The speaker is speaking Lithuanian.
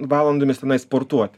valandomis tenai sportuoti